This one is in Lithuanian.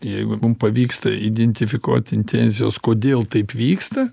jeigu mum pavyksta identifikuot intencijas kodėl taip vyksta